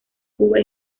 cuba